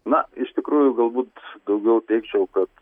na iš tikrųjų galbūt daugiau teigčiau kad